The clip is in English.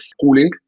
cooling